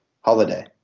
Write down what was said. holiday